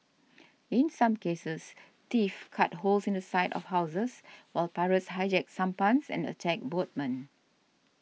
in some cases thieves cut holes in the side of houses while pirates hijacked sampans and attacked boatmen